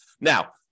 Now